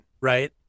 right